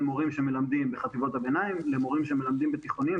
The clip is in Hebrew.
מורים שמלמדים בחטיבות הביניים למורים שמלמדים בתיכונים,